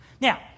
Now